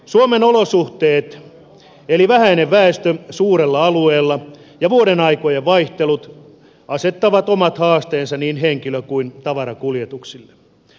suomen olosuhteet eli vähäinen väestö suurella alueella ja vuodenaikojen vaihtelut asettavat omat haasteensa niin henkilö kuin tavarakuljetuksille